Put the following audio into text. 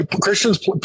Christians